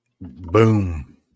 boom